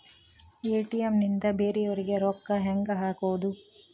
ATM ನಿಂದ ಬೇರೆಯವರಿಗೆ ರೊಕ್ಕ ಹೆಂಗ್ ಹಾಕೋದು?